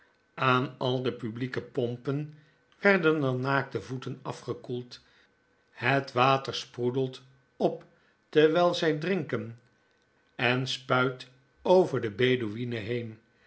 aan al de publieke pompen werden er naakte voeten afgekoeld het water sproedelt op terwyl zg drinken en spuit over de bedouinen heen